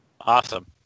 Awesome